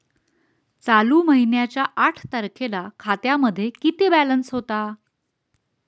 चालू महिन्याच्या आठ तारखेला खात्यामध्ये किती बॅलन्स होता?